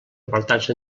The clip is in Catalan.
apartats